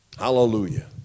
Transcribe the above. Hallelujah